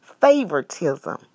favoritism